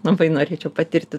labai norėčiau patirti